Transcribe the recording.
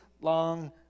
long